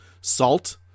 salt